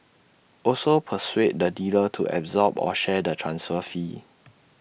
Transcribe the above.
also persuade the dealer to absorb or share the transfer fee